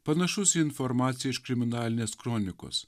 panašus į informaciją iš kriminalinės kronikos